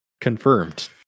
confirmed